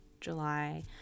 July